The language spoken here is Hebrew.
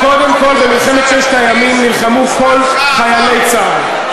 קודם כול, במלחמת ששת הימים נלחמו כל חיילי צה"ל.